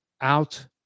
out